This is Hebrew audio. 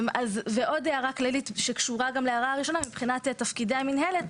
אז זו עודה הערה כללית שקשורה גם להערה הראשונה מבחינת תפקידי המינהלת,